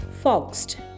foxed